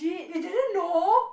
you didn't know